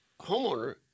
homeowner